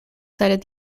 cited